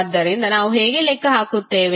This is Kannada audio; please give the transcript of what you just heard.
ಆದ್ದರಿಂದ ನಾವು ಹೇಗೆ ಲೆಕ್ಕ ಹಾಕುತ್ತೇವೆ